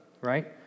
right